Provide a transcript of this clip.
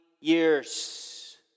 years